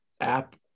app